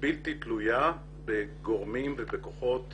בלתי תלויה בגורמים ובכוחות